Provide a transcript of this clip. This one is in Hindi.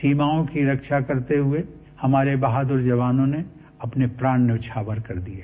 सीमाओं की रक्षा करते हुए हमारे बहादुर जवानों ने अपने प्राण न्योछावर कर दिये